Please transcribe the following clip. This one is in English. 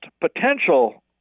potential